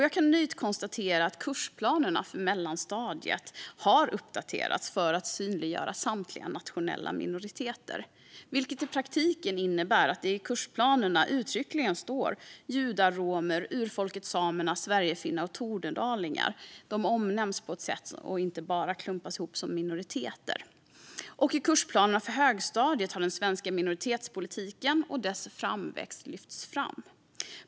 Jag kan nöjt konstatera att kursplanerna för mellanstadiet har uppdaterats för att synliggöra samtliga nationella minoriteter, vilket i praktiken innebär att judarna, romerna, urfolket samerna, sverigefinnarna och tornedalingarna uttryckligen omnämns i kursplanerna och inte bara klumpas ihop som minoriteter. I kursplanerna för högstadiet har den svenska minoritetspolitiken och dess framväxt lyfts fram.